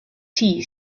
tea